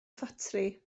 ffatri